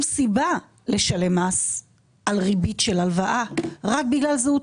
סיבה לשלם מס על ריבית של הלוואה רק בגלל זהות